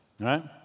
right